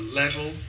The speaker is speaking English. level